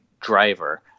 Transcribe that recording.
driver